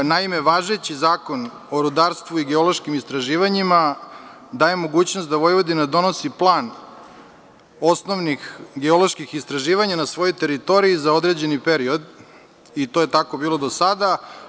Naime, važeći Zakon o rudarstvu i geološkim istraživanjima daje mogućnost da Vojvodina donosi plan osnovnih geoloških istraživanja na svojoj teritoriji za određeni period i to je tako bilo do sada.